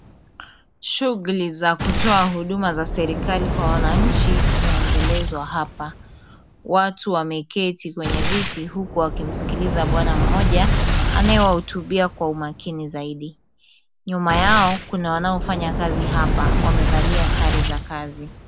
Shughuli za kutoa huduma za serikali kwa wananchi zinaendelezwa hapa. Watu wameketi kwenye viti huku wakimsikiliza bwana mmoja anayewahutubia kwa umakini zaidi. Nyuma yao kuna wanaofanya kazi hapa wamevalia sare za kazi.